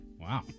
Wow